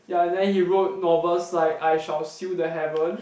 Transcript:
ya and then he wrote novels like I-shall-seal-the-heaven